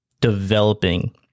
developing